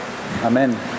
Amen